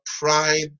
prime